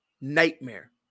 nightmare